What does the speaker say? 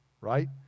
right